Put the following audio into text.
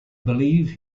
believe